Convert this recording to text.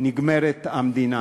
נגמרת המדינה.